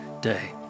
day